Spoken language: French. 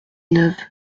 neuve